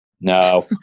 No